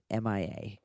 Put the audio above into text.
MIA